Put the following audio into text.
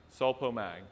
Sulpomag